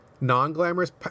non-glamorous